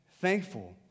thankful